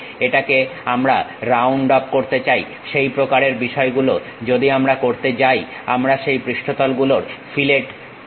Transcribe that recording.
আমরা এটাকে round off করতে চাই সেই প্রকারের বিষয়গুলো যদি আমরা করতে যাই আমরা সেই পৃষ্ঠতল গুলোর ফিলেট বলি